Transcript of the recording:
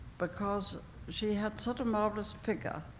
because she had such a marvelous figure,